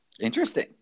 Interesting